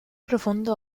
profondo